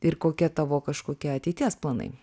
ir kokie tavo kažkokie ateities planai